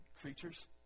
creatures